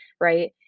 right